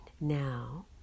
Now